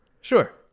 Sure